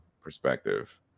perspective